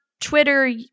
Twitter